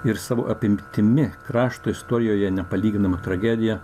ir savo apimtimi krašto istorijoje nepalyginama tragedija